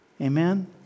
Amen